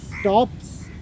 stops